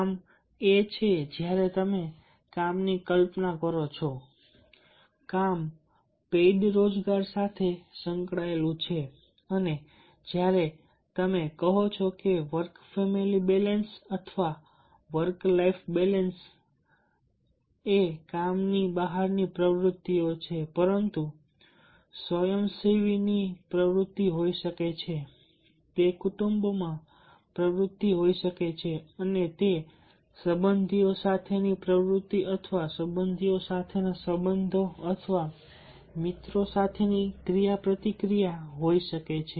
કામ એ છે જ્યારે તમે કામની કલ્પના કરો છો કામ પેઇડ રોજગાર સાથે સંકળાયેલું છે અને જ્યારે તમે કહો છો કે વર્ક ફેમિલી બેલેન્સ અથવા વર્ક લાઇફ બેલેન્સ લાઇફ એ કામની બહારની પ્રવૃત્તિઓ છે પરંતુ તે સ્વયંસેવીની પ્રવૃત્તિ હોઈ શકે છે તે કુટુંબોમાં પ્રવૃત્તિ હોઈ શકે છે અને તે સંબંધીઓ સાથેની પ્રવૃત્તિ અથવા સંબંધીઓ સાથેના સંબંધો અથવા મિત્રો સાથેની ક્રિયાપ્રતિક્રિયા હોઈ શકે છે